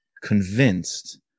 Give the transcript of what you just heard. convinced